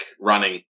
running